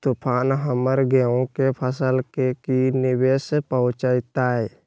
तूफान हमर गेंहू के फसल के की निवेस पहुचैताय?